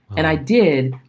and i did.